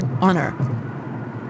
Honor